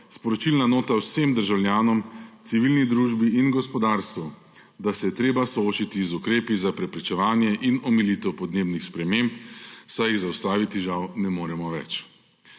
sporočilna nota vsem državljanom, civilni družbi in gospodarstvu, da se je treba soočiti z ukrepi za preprečevanje in omilitev podnebnih sprememb, saj jih zaustaviti žal ne moremo več.